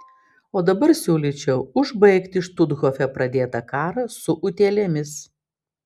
o dabar siūlyčiau užbaigti štuthofe pradėtą karą su utėlėmis